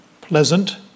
pleasant